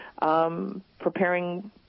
preparing